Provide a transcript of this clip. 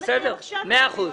בוא נקיים עכשיו את הדיון.